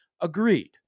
agreed